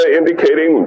indicating